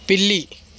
పిల్లి